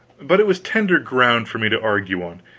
but it was tender ground for me to argue on.